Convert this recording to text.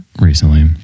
recently